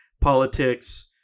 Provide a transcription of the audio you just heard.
politics